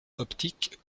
optique